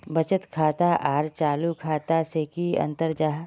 बचत खाता आर चालू खाता से की अंतर जाहा?